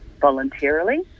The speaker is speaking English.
voluntarily